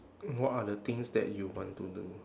what are the things that you want to do